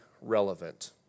relevant